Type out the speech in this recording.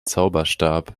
zauberstab